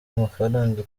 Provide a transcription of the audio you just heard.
amafaranga